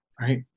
Right